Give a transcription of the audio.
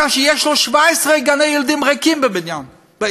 כך שיש לו 17 גני-ילדים ריקים בעיר,